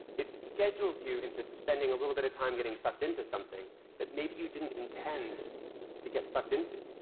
it schedules you into spending a little bit of time getting sucked into something that maybe you didn't intend to get sucked into.